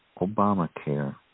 Obamacare